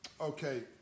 Okay